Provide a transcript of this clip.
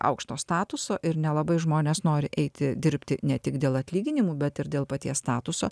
aukšto statuso ir nelabai žmonės nori eiti dirbti ne tik dėl atlyginimų bet ir dėl paties statuso